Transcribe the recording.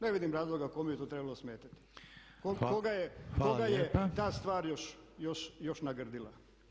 Ne vidim razloga kome bi to trebalo smetati koga je ta stvar još nagrdila.